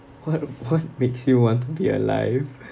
what what makes you want to be alive